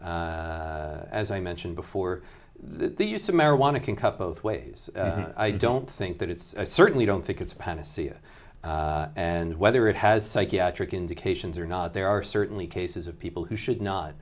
disorders as i mentioned before the use of marijuana can cut both ways i don't think that it's certainly don't think it's a panacea and whether it has psychiatric indications or not there are certainly cases of people who should not